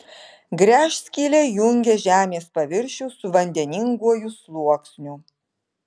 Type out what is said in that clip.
gręžskylė jungia žemės paviršių su vandeninguoju sluoksniu